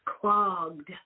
clogged